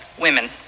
women